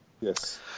Yes